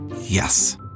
Yes